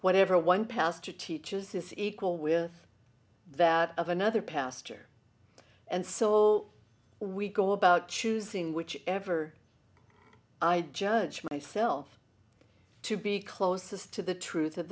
whatever one pastor teaches is equal with that of another pastor and so we go about choosing which ever i judge myself to be closest to the truth of